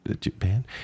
Japan